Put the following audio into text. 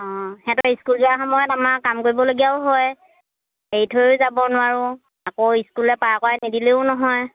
অঁ সিহঁতৰ স্কুল যোৱা সময়ত আমাৰ কাম কৰিবলগীয়াও হয় এৰি থৈও যাব নোৱাৰোঁ আকৌ স্কুললৈ পাৰ কৰাই নিদিলেও নহয়